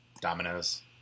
Dominoes